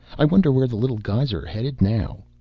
i wonder where the little guys are headed now?